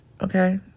okay